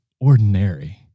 ordinary